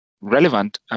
relevant